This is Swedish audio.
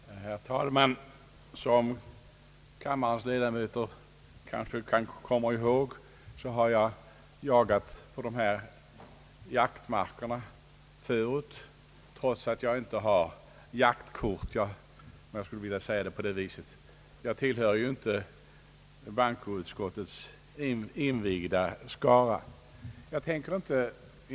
Herr talman! Som kammarens ledamöter kanske kommer ihåg, har jag förut jagat på de här markerna trots att jag inte har jaktkort — om jag skall uttrycka mig på det sättet. Jag tillhör inte den »invigda» skaran av ledamöter i bankoutskottet.